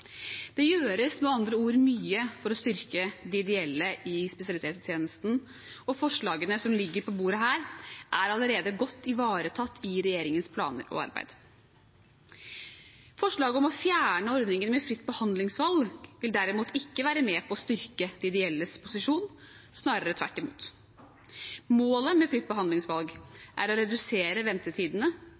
Det gjøres med andre ord mye for å styrke de ideelle i spesialisthelsetjenesten, og forslagene som ligger på bordet her, er allerede godt ivaretatt i regjeringens planer og arbeid. Forslaget om å fjerne ordningen med fritt behandlingsvalg vil derimot ikke være med på å styrke de ideelles posisjon – snarere tvert imot. Målet med fritt behandlingsvalg er å redusere ventetidene,